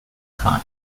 time